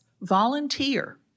Volunteer